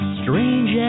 strange